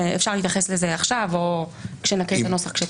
ואפשר להתייחס לזה עכשיו או כשנקרא את הנוסח.